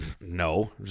No